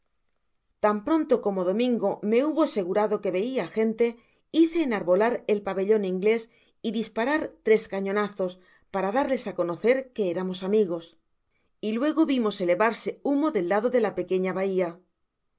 tan pronto como domingo me hubo asegurado que veia gente hice enarbolar el pabellon iaglés y disparar tres cañonazos para darles á conocer que éramos amigos y luego vimos elevarse humo del lado de la pequeña bahia